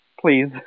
Please